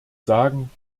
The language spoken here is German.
sagen